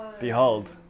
Behold